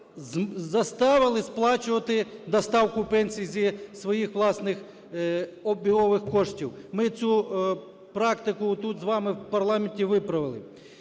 заставили сплачувати доставку пенсій зі своїх власних обігових коштів. Ми цю практику отут з вами в парламенті виправили.